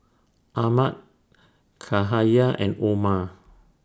Ahmad Cahaya and Omar